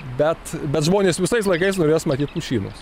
bet bet žmonės visais laikais norės matyt pušynus